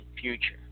future